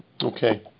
Okay